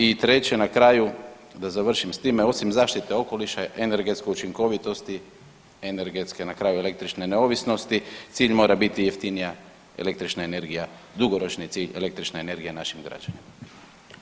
I treće, na kraju da završim s time osim zaštite okoliša i energetske učinkovitosti, energetske na kraju električne neovisnosti cilj mora biti jeftinija električna energija, dugoročni cilj električna energija našim građanima.